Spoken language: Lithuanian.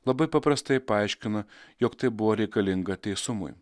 labai paprastai paaiškina jog tai buvo reikalinga teisumui